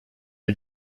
are